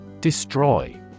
Destroy